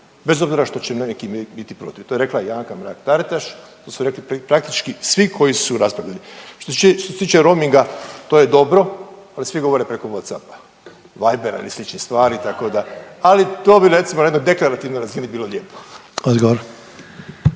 bez obzira što će neki biti protiv, to je rekla i Anka Mrak-Taritaš, to su rekli praktički svi koji su raspravljali. Što se tiče roaminga, to je dobro, ali sve govore preko Whatsappa, Vibera ili sličnih stvari, tako da, ali to bi recimo na jednoj deklarativnoj razini bilo lijepo.